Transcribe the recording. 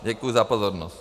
Děkuju za pozornost.